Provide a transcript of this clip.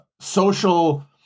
social